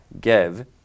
give